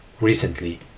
Recently